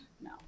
No